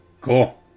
Cool